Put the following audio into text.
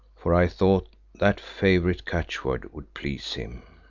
for i thought that favourite catchword would please him.